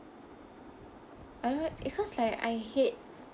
I don't know why because like I hate